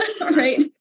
Right